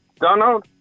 Donald